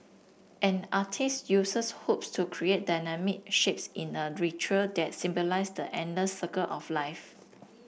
an artiste uses hoops to create dynamic shapes in a ritual that symbolise the endless circle of life